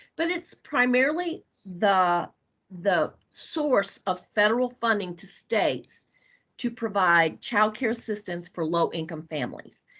but it's primarily the the source of federal funding to states to provide child care assistance for low-income families.